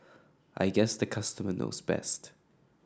I guess the customer knows best